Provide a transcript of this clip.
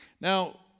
Now